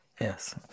Yes